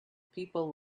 people